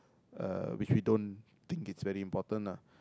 uh which we don't think it's very important lah